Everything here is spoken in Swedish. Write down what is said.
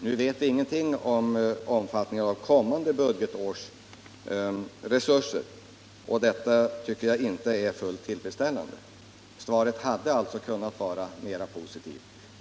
Nu vet vi ingenting om omfattningen av kommande budgetårs resurser. Detta tycker jag inte är fullt tillfredsställande. Svaret hade alltså kunnat vara mera positivt.